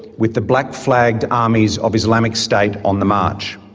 with the black-flagged armies of islamic state on the march.